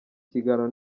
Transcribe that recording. kiganiro